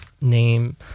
name